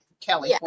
Kelly